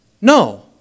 No